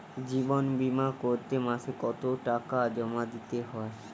জীবন বিমা করতে মাসে কতো টাকা জমা দিতে হয়?